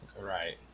Right